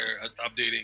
updating